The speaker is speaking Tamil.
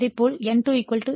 இதேபோல் N2 E2 4